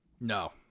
No